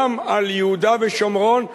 גם על יהודה ושומרון,